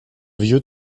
vieux